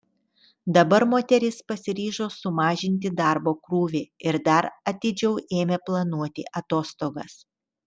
dabar moteris pasiryžo sumažinti darbo krūvį ir dar atidžiau ėmė planuoti atostogas